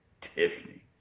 Tiffany